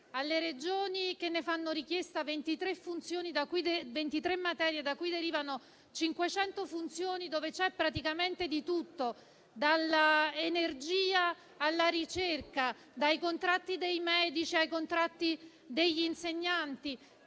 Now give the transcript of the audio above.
alle Regioni che ne fanno richiesta 23 materie, da cui derivano 500 funzioni, dove c'è praticamente di tutto, dall'energia alla ricerca, dai contratti dei medici ai contratti degli insegnanti,